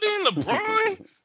LeBron